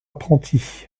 apprentis